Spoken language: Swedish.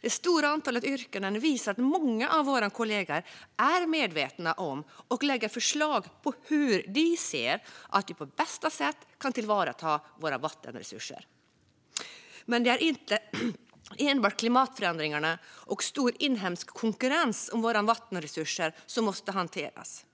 Det stora antalet yrkanden visar att många av våra kollegor är medvetna om hur vi på bästa sätt kan tillvarata våra vattenresurser och lägger fram förslag om detta. Men det är inte enbart klimatförändringar och stor inhemsk konkurrens om våra vattenresurser som måste hanteras.